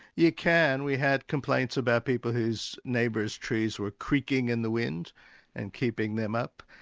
you can. we had complains about people whose neighbour's trees were creaking in the wind and keeping them up.